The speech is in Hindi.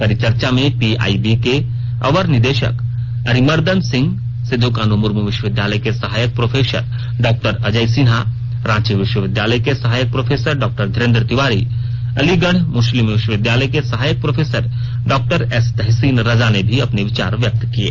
परिचर्चा में पीआइबी के अपर महानिदेशक अरिमर्दन सिंह सिद्ध कान्हू मुर्मू विश्वविद्यालय के सहायक प्रोफेसर डॉ अजय सिन्हा रांची विश्वविद्यालय के सहायक प्रोफेसर डॉ धीरेन्द्र तिवारी अलीगढ़ मुश्लिम विश्वविद्यालय के सहायक professor Dr S Tahseen Raza ने भी अपने विचार व्यक्त किये